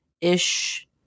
Ish